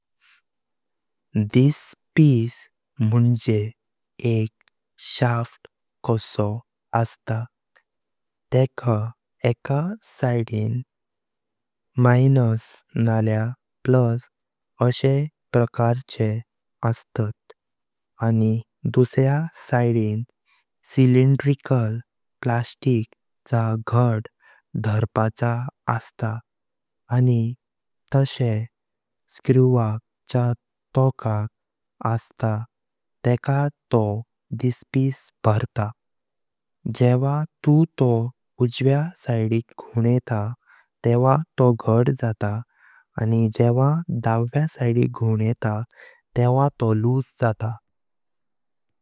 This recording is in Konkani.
डिस्पिस म्हुणजे एक शाफ्ट कसा असता तेका एका सिडिन मायनस नाळया प्लस अशे प्रकारचे असतात आनी दुसऱ्या सिडिन सिलिंड्रिकल प्लास्टिक चा घट दर्पाचा असता आनी तशे स्क्रूवाक चा ठोकक असता, तेका तों डिस्पिस भरता। जेव्हा तू तो उजव्या सिडिक घुव्णेता तेव्हा तो घट जातो आनी जेव्हा डाव्या सिडिक घुव्णेता तेव्हा तो लूज जातो।